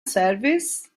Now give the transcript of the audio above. service